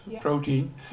protein